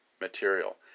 material